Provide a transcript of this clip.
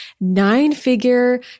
nine-figure